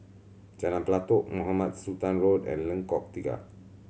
Jalan Pelatok Mohamed Sultan Road and Lengkok Tiga